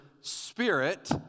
Spirit